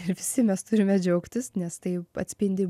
ir visi mes turime džiaugtis nes tai atspindi